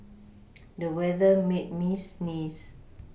the weather made me sneeze